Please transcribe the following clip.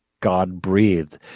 God-breathed